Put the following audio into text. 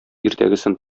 иртәгесен